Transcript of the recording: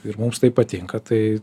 ir mums tai patinka tai